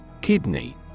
Kidney